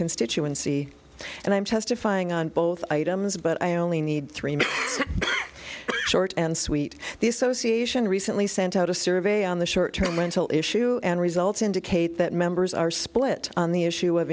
constituency and i'm testifying on both items but i only need three more short and sweet the association recently sent out a survey on the short term mental issue and results indicate that members are split on the issue of